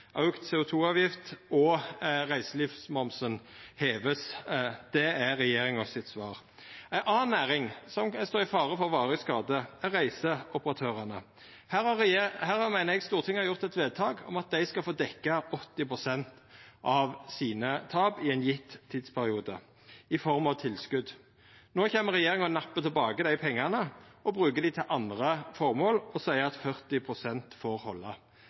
og at reiselivsmomsen vert heva. Det er regjeringa sitt svar. Ei anna næring som står i fare for varig skade, er reiseoperatørane. Her har Stortinget fatta eit vedtak om at dei skal få dekka 80 pst. av sine tap i ein gitt tidsperiode, i form av tilskot. No kjem regjeringa og nappar tilbake dei pengane, brukar dei til andre føremål og seier at 40 pst. får halda.